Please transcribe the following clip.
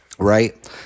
Right